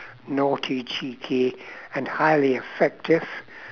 naughty cheeky and highly effective